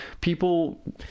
people